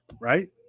Right